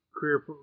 career